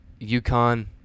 UConn